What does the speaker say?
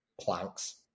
planks